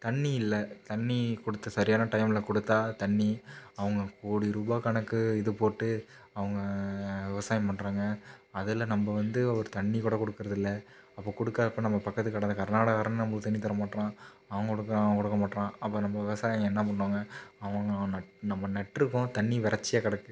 தண்ணீர் இல்லை தண்ணீர் கொடுத்து சரியான டைம்ல கொடுத்தா தண்ணீர் அவங்க கோடி ரூபாய் கணக்கு இது போட்டு அவங்க விவசாயம் பண்ணுறாங்க அதில் நம்ம வந்து ஒரு தண்ணீர் கூட கொடுக்கறதில்ல அப்போது கொடுக்காதப்ப நம்ம பக்கத்து கட கர்நாடகாக்காரனும் நம்மளுக்கு தண்ணி தர மாட்றான் அவங்களுக்கு அவன் கொடுக்க மாட்றான் அப்போ நம்ம விவசாயிங்க என்ன பண்ணுவாங்க அவங்களும் நட் நம்ம நட்டிருக்கோம் தண்ணீர் வறட்சியா கிடக்கு